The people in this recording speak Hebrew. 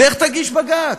לך תגיש בג"ץ.